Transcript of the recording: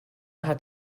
hat